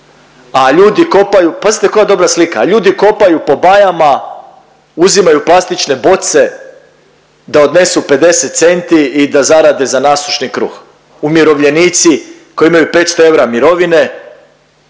a ljudi kopaju. Pazite koja dobra slika, a ljudi kopaju po bajama, uzimaju plastične boce da odnesu 50 centi i da zarade za nasušni kruh. Umirovljenici koji imaju 500 eura mirovine